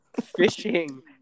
fishing